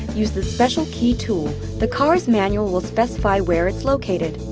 use the special key tool the car's manual will specify where it's located.